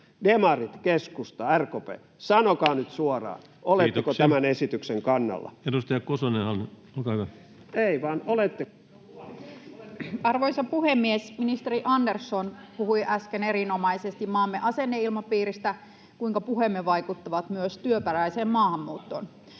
Demarit, keskusta, RKP, sanokaa nyt suoraan: [Puhemies: Kiitoksia!] oletteko tämän esityksen kannalla? Edustaja Kosonen, Hanna, olkaa hyvä. Arvoisa puhemies! Ministeri Andersson puhui äsken erinomaisesti maamme asenneilmapiiristä, kuinka puheemme vaikuttavat myös työperäiseen maahanmuuttoon.